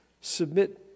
submit